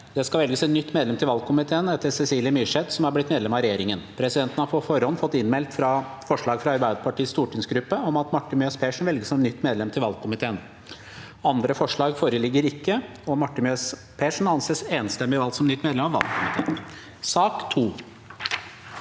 Det skal velges et nytt med- lem til valgkomiteen etter Cecilie Myrseth, som er blitt medlem av regjeringen. Presidenten har på forhånd fått innmeldt forslag fra Arbeiderpartiets stortingsgruppe om at Marte Mjøs Persen velges som nytt medlem til valgkomiteen. – Andre forslag foreligger ikke, og Marte Mjøs Persen anses enstemmig valgt som nytt medlem av valgkomiteen.